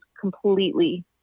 completely